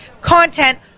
content